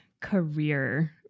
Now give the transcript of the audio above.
career